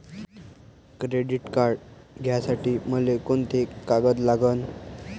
Credit card घ्यासाठी मले कोंते कागद लागन?